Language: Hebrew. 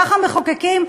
ככה מחוקקים?